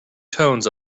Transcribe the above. tones